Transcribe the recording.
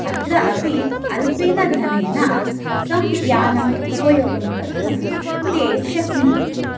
अत्र अपि अल्पेन धनेन तं यानम् उपयोगं कर्तुं ते शक्नुवन्ति